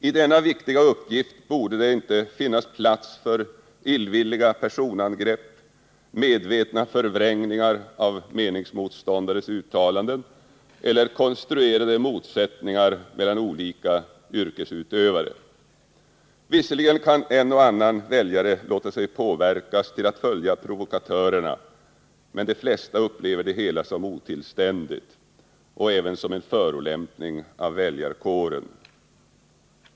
I denna viktiga uppgift borde det inte finnas plats för illvilliga personangrepp, medvetna förvrängningar av meningsmotståndares uttalanden eller konstruerade motsättningar mellan olika yrkesutövare. Visserligen kan en och annan väljare låta sig påverkas till att följa provokatörerna, men de flesta upplever det hela som otillständigt och även som en förolämpning av väljarkåren.